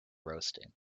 roasting